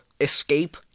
Escape